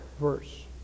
verse